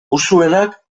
usuenak